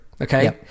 Okay